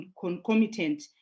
concomitant